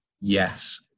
yes